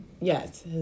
yes